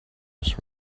just